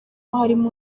harimo